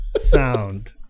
sound